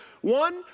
One